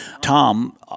Tom